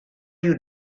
you